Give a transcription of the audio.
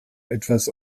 etwas